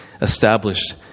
established